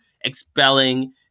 expelling